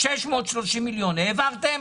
העברתם?